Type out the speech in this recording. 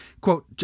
Quote